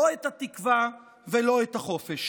לא את התקווה ולא את החופש.